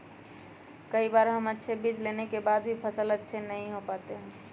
कई बार हम अच्छे बीज लेने के बाद भी फसल अच्छे से नहीं हो पाते हैं?